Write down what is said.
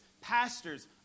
pastors